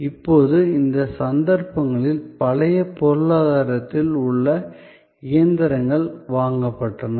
இப்போது இந்த சந்தர்ப்பங்களில் பழைய பொருளாதாரத்தில் உள்ள இயந்திரங்கள் வாங்கப்பட்டன